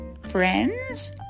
Friends